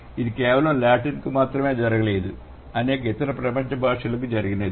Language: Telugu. ఇది కేవలం లాటిన్ కు మాత్రమే జరగలేదు అనేక ఇతర ప్రపంచ భాషలకు జరిగింది